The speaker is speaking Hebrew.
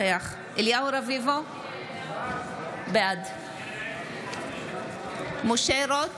אליהו רביבו, בעד משה רוט,